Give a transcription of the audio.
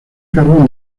carbón